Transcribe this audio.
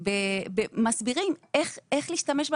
ומסבירים איך להשתמש בה.